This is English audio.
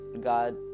God